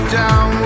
down